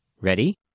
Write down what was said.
Ready